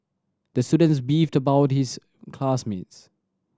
the students beefed about his class mates